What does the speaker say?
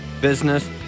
business